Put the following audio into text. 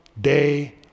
day